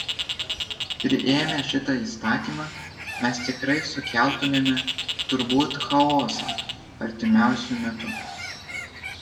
priėmę šitą įstatymą mes tikrai sukeltumėme turbūt chaosą artimiausiu metu